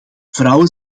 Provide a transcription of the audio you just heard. vrouwen